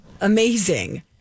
Amazing